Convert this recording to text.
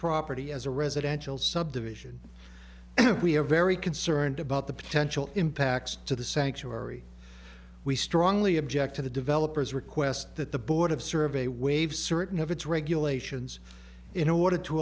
property as a residential subdivision and we are very concerned about the potential impacts to the sanctuary we strongly object to the developers request that the board of survey waive certain of its regulations in order to